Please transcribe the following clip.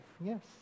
yes